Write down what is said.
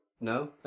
No